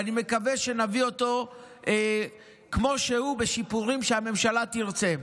ואני מקווה שנביא אותו כמו שהוא בשיפורים שהממשלה תרצה.